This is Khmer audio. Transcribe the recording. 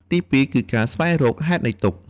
ទីពីរ គឺការស្វែងរកហេតុនៃទុក្ខ។